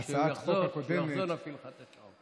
וכשהוא יחזור נפעיל לך את השעון.